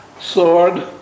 sword